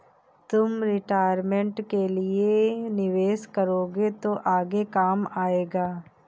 तुम रिटायरमेंट के लिए निवेश करोगे तो आगे काम आएगा